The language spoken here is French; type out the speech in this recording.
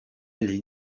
les